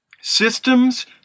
Systems